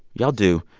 y'all do.